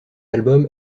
album